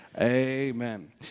amen